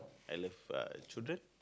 I love uh children